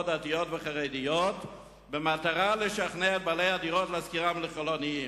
דתיות וחרדיות במטרה לשכנע את בעלי הדירות להשכירן לחילונים.